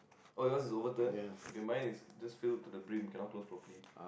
oh yours is overturn okay mine is just fail to brim cannot close probably